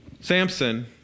Samson